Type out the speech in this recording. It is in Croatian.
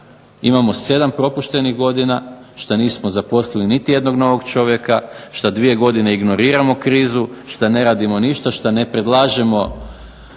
imamo 7 propuštenih godina, što nismo zaposlili niti jednog novog čovjeka, što 2 godine ignoriramo krizu, što ne radimo ništa, što ne predlažemo